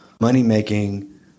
money-making